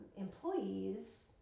employees